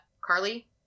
Carly